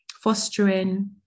fostering